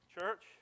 church